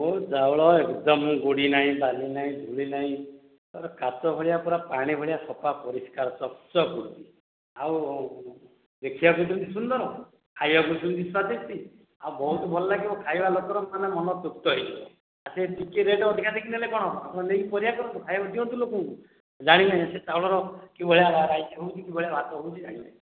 ମୋ ଚାଉଳ ଏକଦମ ଗୋଡ଼ି ନାହିଁ ବାଲି ନାହିଁ ଧୂଳି ନାହିଁ ପୁରା କାଚ ଭଳିଆ ପୁରା ପାଣି ଭଳିଆ ସଫା ପରିଷ୍କାର ଚକଚକ ଆଉ ଦେଖିବାକୁ ଯେମିତି ସୁନ୍ଦର ଖାଇବାକୁ ସେମିତି ସ୍ୱାଦିଷ୍ଟ ଆଉ ବହୁତ ଭଲ ଲାଗିବ ଖାଇବା ଲୋକର ମାନେ ମନ ତୃପ୍ତ ହୋଇଯିବ ଆଉ ଟିକେ ରେଟ୍ ଅଧିକା ନେଲେ କଣ ହବ ଆପଣ ନେଇକି ପରୀକ୍ଷା କରନ୍ତୁ ଖାଇବାକୁ ଦିଅନ୍ତୁ ଲୋକଙ୍କୁ ଜାଣିବେ ସେ ଚାଉଳର କିଭଳିଆ ରାଇସ୍ ହଉଛି କିଭଳିଆ ଭାତ ହଉଛି ଜାଣିବେ